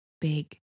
big